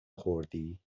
خوردی